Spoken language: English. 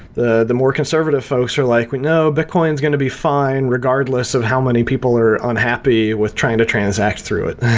the the more conservative folks are like, we know bitcoin is going to be fine regardless of how many people are unhappy with trying to transact through it.